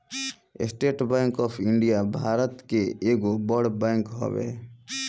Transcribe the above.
estate Bank of India Bharat के एगो बड़ बैंक हवे